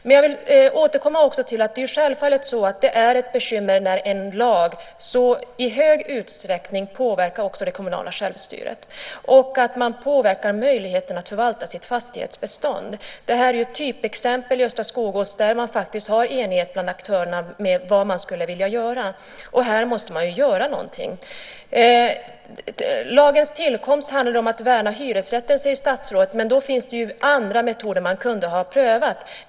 Det är självklart att det är ett bekymmer när en lag i så stor utsträckning påverkar det kommunala självstyret och påverkar möjligheten för kommunerna att förvalta sitt fastighetsbestånd. Östra Skogås är ett typexempel. Där är aktörerna eniga om hur de vill ha det. Här måste man göra någonting. Lagen kom till för att man ville värna hyresrätten, säger statsrådet. Men då finns det ju andra metoder som man hade kunnat pröva.